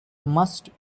must